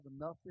enough